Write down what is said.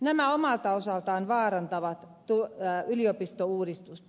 nämä omalta osaltaan vaarantavat yliopistouudistusta